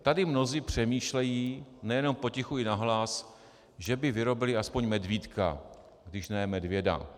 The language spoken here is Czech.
Tady mnozí přemýšlejí nejenom potichu, ale i nahlas, že by vyrobili aspoň medvídka, když ne medvěda.